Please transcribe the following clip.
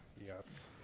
Yes